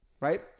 right